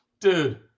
dude